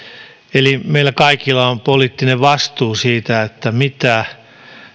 eli meillä kaikilla on poliittinen vastuu siitä mitä